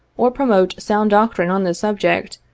or promote sound doctrine on this subject,